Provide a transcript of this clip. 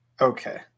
Okay